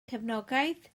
cefnogaeth